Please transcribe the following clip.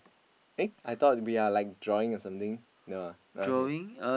eh I thought we are like drawing or something no ah okay